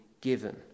given